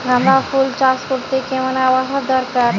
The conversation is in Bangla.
গাঁদাফুল চাষ করতে কেমন আবহাওয়া দরকার?